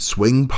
Swing